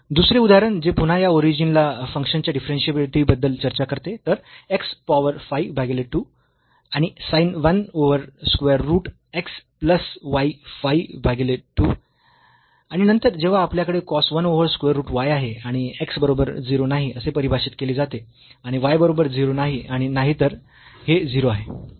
दुसरे उदाहरण जे पुन्हा या ओरिजिनला या फंक्शनच्या डिफरन्शियाबिलीटी बद्दल चर्चा करते तर x पॉवर 5 भागीले 2 आणि sin 1 over square root x plus y 5 भागीले 2 आणि नंतर जेव्हा आपल्याकडे cos 1 over square root y आहे आणि हे x बरोबर 0 नाही असे परिभाषित केले जाते आणि y बरोबर 0 नाही आणि नाहीतर हे 0 आहे